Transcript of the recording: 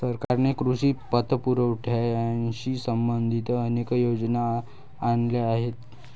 सरकारने कृषी पतपुरवठ्याशी संबंधित अनेक योजना आणल्या आहेत